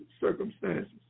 circumstances